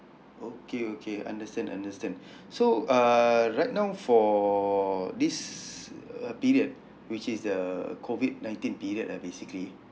okay okay understand understand so uh right now for this uh period which is the COVID nineteen period ah basically